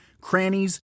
crannies